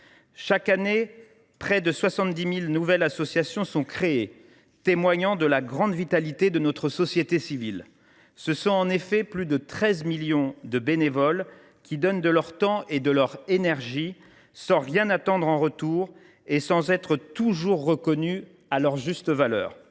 Chaque année, près de 70 000 nouvelles associations sont créées, témoignant de la grande vitalité de notre société civile. Ce sont en effet plus de 13 millions de bénévoles qui donnent de leur temps et de leur énergie, sans rien attendre en retour et sans être toujours reconnus à leur juste valeur.